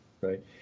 right